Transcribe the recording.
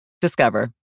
Discover